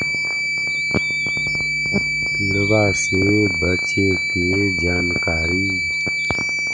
किड़बा से बचे के जानकारी?